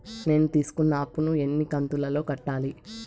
నేను తీసుకున్న అప్పు ను ఎన్ని కంతులలో కట్టాలి?